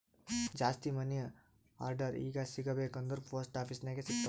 ಜಾಸ್ತಿ money order ಈಗ ಸಿಗಬೇಕ ಅಂದುರ್ ಪೋಸ್ಟ್ ಆಫೀಸ್ ನಾಗೆ ಸಿಗ್ತಾವ್